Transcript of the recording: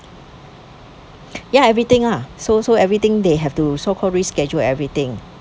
ya everything ah so so everything they have to so called rescheduled everything